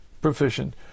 proficient